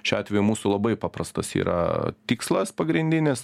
šiuo atveju mūsų labai paprastas yra tikslas pagrindinis